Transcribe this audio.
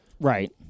Right